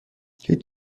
هیچ